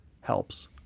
helps